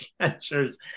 catchers